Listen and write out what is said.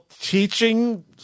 teaching